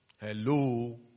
Hello